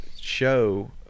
show